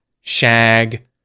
shag